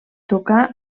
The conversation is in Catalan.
tocà